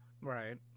Right